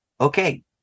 okay